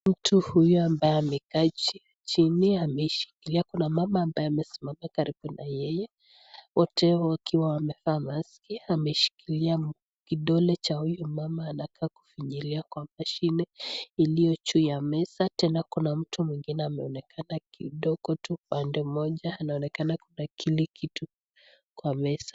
Mtu huyu ambaye amekaa chini, ameshikilia kuna mama ambaye amesimama karibu na yeye, wote wakiwa wamevaa mavazi. Ameshikilia kidole cha huyu mama anakaa kufinyilia kwa mashine, iliyo juu ya meza, tena kuna mtu mwingine ameonekana kidogo tu upande mmoja anaonekana kuna kile kitu kwa meza.